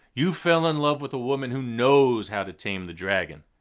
you fell in love with a woman who knows how to tame the dragon.